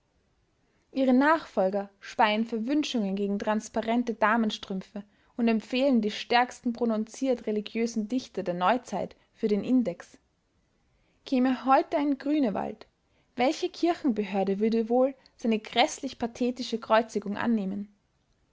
ihre nachfolger speien verwünschungen gegen transparente damenstrümpfe und empfehlen die stärksten prononziert religiösen dichter der neuzeit für den index käme heute ein grünewald welche kirchenbehörde würde wohl seine gräßlich-pathetische kreuzigung annehmen